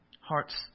Hearts